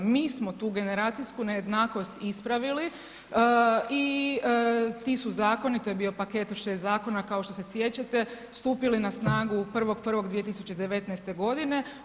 Mi smo tu generacijsku nejednakost ispravili i ti su zakoni, to je bio paket od 6 zakona kao što se sjećate stupili na snagu 1.1.2019. godine.